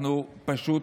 אנחנו פשוט